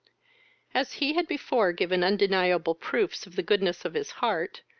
as he had before given undeniable proofs of the goodness of his heart,